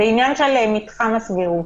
זה עניין של מתחם הסבירות.